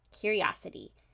curiosity